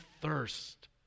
thirst